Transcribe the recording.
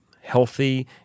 healthy